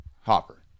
hopper